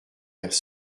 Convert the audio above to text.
vers